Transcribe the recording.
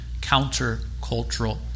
counter-cultural